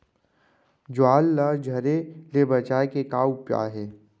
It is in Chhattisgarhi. ज्वार ला झरे ले बचाए के का उपाय हे?